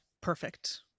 perfect